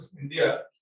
India